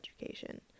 education